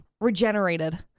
regenerated